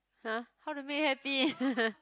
!huh! how to make happy